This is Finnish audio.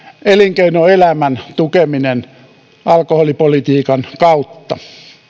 elinkeinoelämän tukeminen alkoholipolitiikan kautta